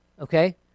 Okay